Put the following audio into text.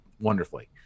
wonderfully